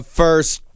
first